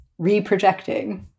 reprojecting